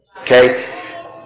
Okay